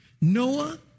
Noah